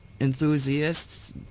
enthusiasts